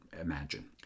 imagine